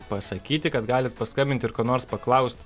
pasakyti kad galit paskambinti ir ko nors paklaust